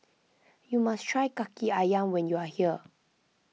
you must try Kaki Ayam when you are here